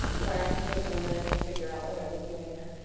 sorry it took me a minute to figure out what i was doing there.